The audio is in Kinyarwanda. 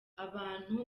abantu